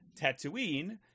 Tatooine